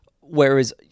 Whereas